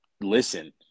Listen